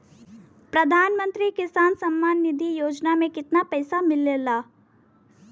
प्रधान मंत्री किसान सम्मान निधि योजना में कितना पैसा मिलेला?